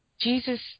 Jesus